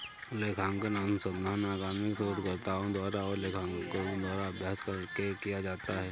लेखांकन अनुसंधान अकादमिक शोधकर्ताओं द्वारा और लेखाकारों का अभ्यास करके किया जाता है